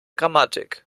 grammatik